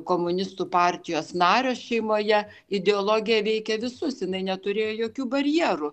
komunistų partijos nario šeimoje ideologija veikė visus jinai neturėjo jokių barjerų